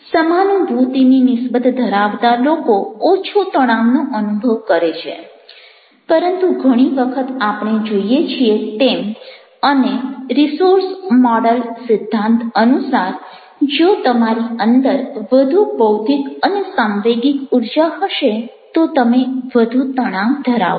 સમાનુભૂતિની નિસ્બત ધરાવતા લોકો ઓછા તણાવનો અનુભવ કરે છે પરંતુ ઘણી વખત આપણે જોઈએ છીએ તેમ અને રિસોર્સ મોડલ સિધ્ધાંત અનુસાર જો તમારી અંદર વધુ બૌદ્ધિક અને સાંવેગિક ઊર્જા હશે તો તમે વધુ તણાવ ધરાવશો